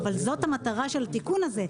אבל זאת המטרה של התיקון הזה,